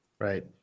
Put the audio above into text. Right